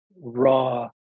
raw